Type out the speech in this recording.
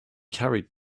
carried